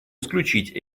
исключить